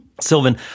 Sylvan